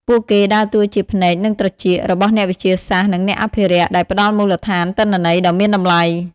ពួកគេដើរតួជា ភ្នែក និងត្រចៀក របស់អ្នកវិទ្យាសាស្ត្រ និងអ្នកអភិរក្ស ដែលផ្តល់មូលដ្ឋានទិន្នន័យដ៏មានតម្លៃ។